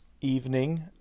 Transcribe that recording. evening